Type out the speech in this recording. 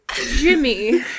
Jimmy